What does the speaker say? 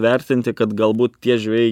vertinti kad galbūt tie žvejai